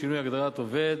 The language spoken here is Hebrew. שינוי הגדרת "עובד").